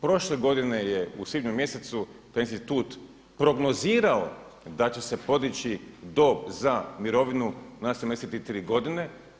Prošle godine je u svibnju mjesecu taj institut prognozirao da će se podići dob za mirovinu na 73 godine.